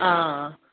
अँ